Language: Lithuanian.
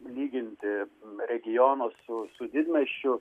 lyginti regiono su su didmiesčiu